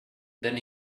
then